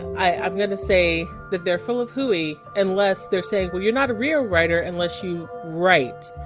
i'm going to say that they're full of hooey unless they're saying, well, you're not a real writer unless you write.